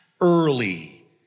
early